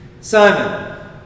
Simon